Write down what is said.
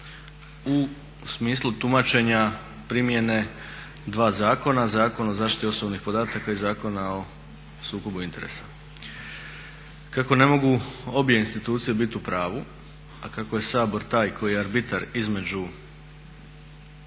u smislu tumačenja primjene dva zakona Zakon o zaštiti osobnih podatka i Zakona o sukobu interesa. Kako ne mogu obje institucije biti u pravu, a kako je Sabor taj koji je arbitar između